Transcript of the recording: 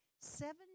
Seven